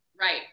right